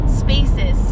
spaces